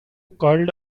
curled